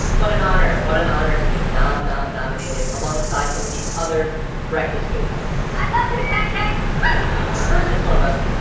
what an honor. what an honor to be nom nom nominated alongside some of these other breakfast foods i love you, pancakes, woo first and foremost,